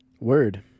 Word